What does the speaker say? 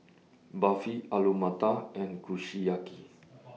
Barfi Alu Matar and Kushiyaki